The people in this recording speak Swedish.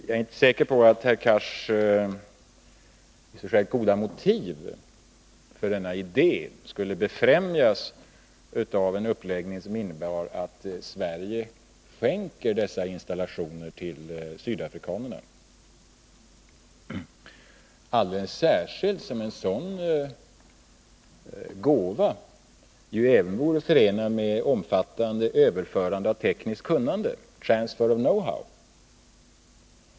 Jag är inte säker på att herr Cars goda motiv för denna idé skulle befrämjas av en uppläggning som innebar att Sverige skänker bort dessa installationer till sydafrikanerna, alldeles särskilt som en sådan gåva ju vore förenad med överförande av ett omfattande tekniskt kunnande.